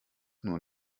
nur